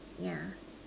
yeah